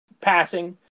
passing